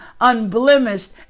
unblemished